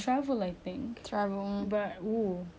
just think about the human traffic here and there